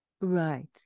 right